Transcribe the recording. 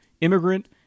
immigrant